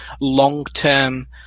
long-term